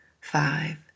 five